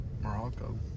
Morocco